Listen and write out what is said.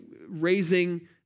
raising